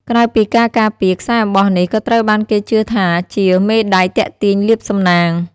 ក្រៅពីការការពារ ខ្សែអំបោះនេះក៏ត្រូវបានគេជឿថាជា មេដែកទាក់ទាញលាភសំណាង។